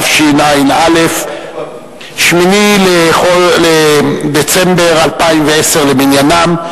תשע"א, 8 בדצמבר 2010 למניינם.